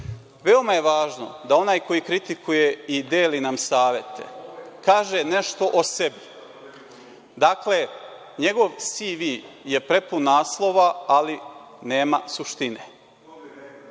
Veoma je važno da onaj koji kritikuje i deli nam savete kaže nešto o sebi. Dakle, njegov CV je prepun naslova, ali nema suštine.